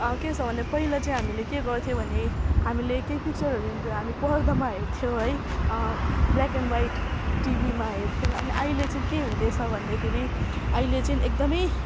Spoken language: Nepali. के छ भने पहिला चाहिँ हामीले के गर्थ्यौँ भने हामीले केही पिक्चरहरू हेर्नु त हामी पर्दामा हेर्थ्यौँ है ब्ल्याक एन्ड वाइट टिभीमा हेर्थ्यौँ अनि अहिले चाहिँ के हुँदैछ भन्दाखेरि अहिले चाहिँ एकदमै